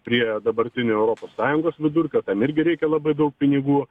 prie dabartinio europos sąjungos vidurkio tam irgi reikia labai daug pinigų